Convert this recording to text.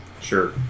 Sure